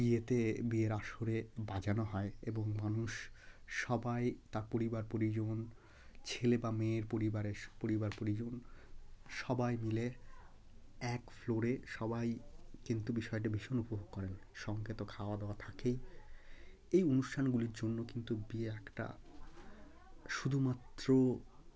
বিয়েতে বিয়ের আসরে বাজানো হয় এবং মানুষ সবাই তা পরিবার পরিজন ছেলে বা মেয়ের পরিবারের পরিবার পরিজন সবাই মিলে এক ফ্লোরে সবাই কিন্তু বিষয়টা ভীষণ উপভোগ করেন সঙ্গে তো খাওয়া দাওয়া থাকেই এই অনুষ্ঠানগুলির জন্য কিন্তু বিয়ে একটা শুধুমাত্র